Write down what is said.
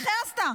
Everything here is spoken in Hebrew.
איך העזת?